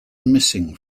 missing